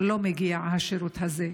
לא מגיע השירות הזה,